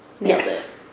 Yes